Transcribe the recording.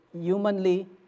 humanly